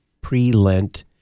pre-Lent